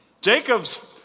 Jacob's